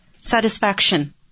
satisfaction